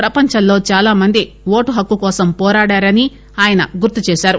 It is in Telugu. ప్రపంచంలో దాలామంది ఓటు హక్కు కోసం పోరాడారని ఆయన గుర్తు చేశారు